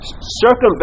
Circumvent